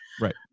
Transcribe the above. Right